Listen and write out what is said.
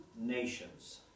nations